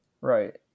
right